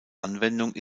anwendung